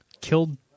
killed